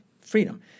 freedom